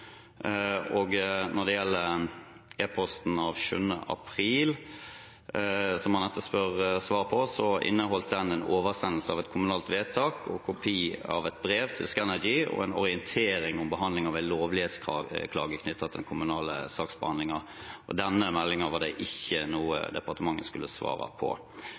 Når det gjelder e-posten av 7. april, som man etterspør svar på, inneholdt den en oversendelse av et kommunalt vedtak og kopi av et brev til Scanergy og en orientering om behandlingen av en lovlighetsklage knyttet til den kommunale saksbehandlingen. Denne meldingen var ikke noe departementet skulle svare på.